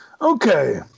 Okay